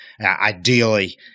Ideally